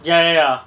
ya ya ya